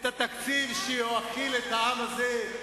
התקציב שיאכיל את העם הזה,